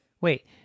wait